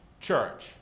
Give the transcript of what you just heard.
church